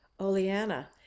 Oleana